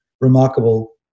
remarkable